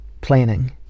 planning